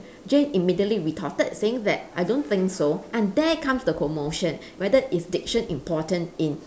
jay immediately retorted saying that I don't think so and there comes the commotion whether is diction important in